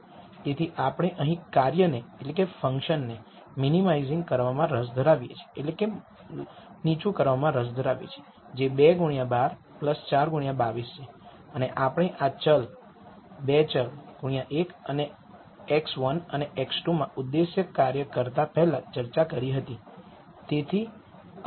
તેથી આપણે અહીં કાર્યને લઘુત્તમ કરવામાં રસ ધરાવીએ છીએ જે ૨ x૧૨ ૪ x૨૨ છે અને આપણે આ ૨ ચલ x૧અને x૨ માં ઉદ્દેશ્ય કાર્ય કરતા પહેલા ચર્ચા કરી હતી